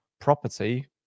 property